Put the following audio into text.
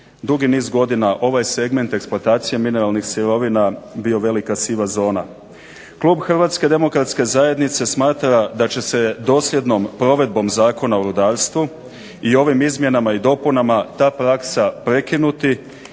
dugi niz godina ovaj segment eksploatacija mineralnih sirovina bio velika siva zona. Klub Hrvatske demokratske zajednice smatra da će se dosljednom provedbom zakona o rudarstvu i ovim izmjenama i dopunama ta praksa prekinuti